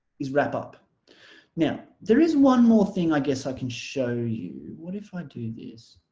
is wrap up now there is one more thing i guess i can show you what if i do this